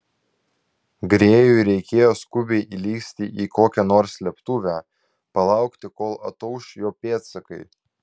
grėjui reikėjo skubiai įlįsti į kokią nors slėptuvę palaukti kol atauš jo pėdsakai